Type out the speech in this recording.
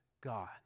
God